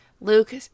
Luke